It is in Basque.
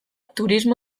turismo